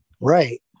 Right